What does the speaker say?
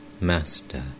Master